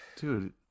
Dude